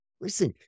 Listen